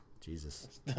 Jesus